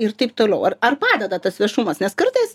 ir taip toliau ar ar padeda tas viešumas nes kartais